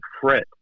fret